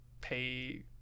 pay